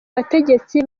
bategetsi